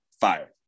fire